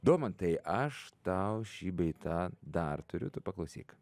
domantai aš tau šį bei tą dar turiu tu paklausyk